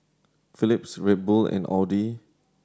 Philips Red Bull and Audi